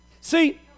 See